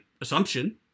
assumption